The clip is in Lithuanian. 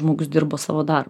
žmogus dirbo savo darbą